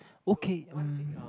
okay mm